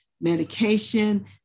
medication